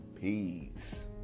peace